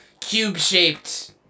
cube-shaped